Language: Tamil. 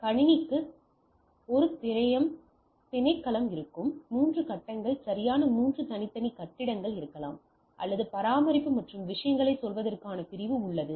கணக்குத் துறைக்கு ஒரு திணைக்களம் இருக்கும் மூன்று கட்டடங்கள் சரியான மூன்று தனித்தனி கட்டிடங்கள் இருக்கலாம் அல்லது பராமரிப்பு மற்றும் விஷயங்களைச் சொல்வதற்கான பிரிவு உள்ளது